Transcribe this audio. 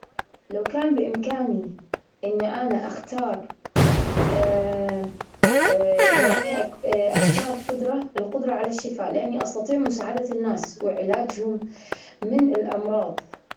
لو كان بإمكاني إني أنا اختار لإني اختار قدرة- القدرة على الشفاء لإني أستطيع مساعدة الناس وعلاجهم من الأمراض.